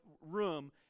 room